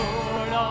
Lord